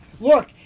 look